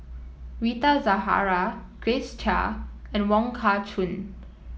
Rita Zahara Grace Chia and Wong Kah Chun